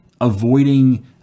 avoiding